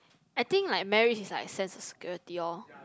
I think like marriage is like sense of security oh